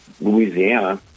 Louisiana